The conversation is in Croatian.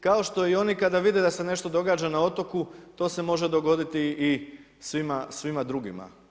Kao što i oni kada vide da se nešto događa na otoku, to s može dogoditi i svima drugima.